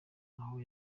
aho